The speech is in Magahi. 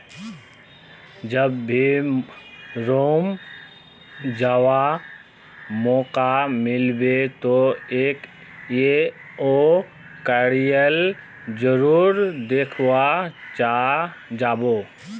जब भी रोम जावा मौका मिलबे तो एफ ए ओ कार्यालय जरूर देखवा जा बो